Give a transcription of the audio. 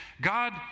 God